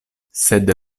sed